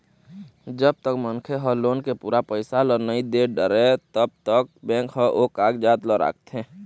जब तक मनखे ह लोन के पूरा पइसा ल नइ दे डारय तब तक बेंक ह ओ कागजात ल राखथे